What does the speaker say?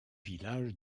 village